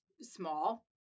small